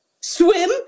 Swim